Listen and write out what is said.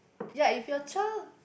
ya if your child